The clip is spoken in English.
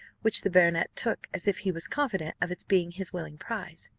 which the baronet took as if he was confident of its being his willing prize,